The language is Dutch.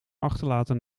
achterlaten